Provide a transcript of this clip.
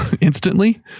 instantly